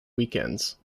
weekends